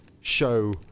show